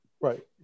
Right